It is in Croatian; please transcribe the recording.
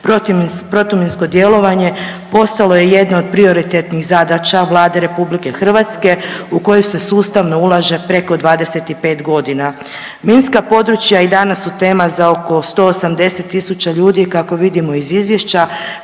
Protuminsko djelovanje postalo je jedno od prioritetnih zadaća Vlade Republike Hrvatske u koji se sustavno ulaže preko 25 godina. Minska područja i danas su tema za oko 180000 ljudi kako vidimo iz izvješća